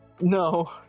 No